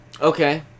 Okay